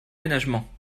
ménagement